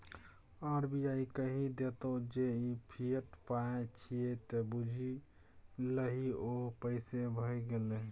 RBI कहि देतौ जे ई फिएट पाय छियै त बुझि लही ओ पैसे भए गेलै